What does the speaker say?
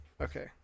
Okay